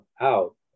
out